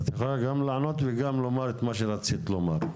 אז את יכולה גם לענות וגם לומר את מה שרצית לומר.